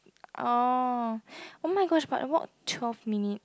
orh oh my gosh but walk twelve minute